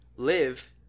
Live